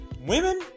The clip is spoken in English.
women